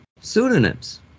pseudonyms